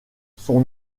son